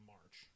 March